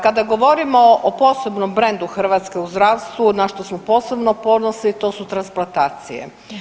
Kada govorimo o posebnom brendu Hrvatske u zdravstvu na što smo posebno ponosni, to su transplantacije.